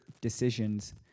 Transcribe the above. decisions